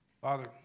Father